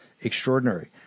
extraordinary